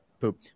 poop